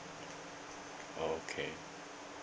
okay